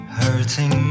hurting